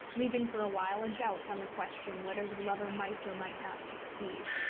leaving for a while a doubt on the question whether the lover might or might not succeed.